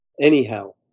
Anyhow